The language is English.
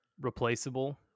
replaceable